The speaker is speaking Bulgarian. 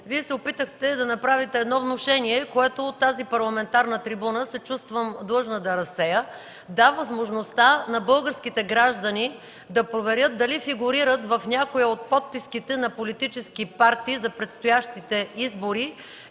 Вие се опитахте да направите едно внушение, което от тази парламентарна трибуна се чувствам длъжна да разсея. Да, възможността на българските граждани да проверят дали фигурират в някоя от подписките на политически партии за предстоящите избори